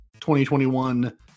2021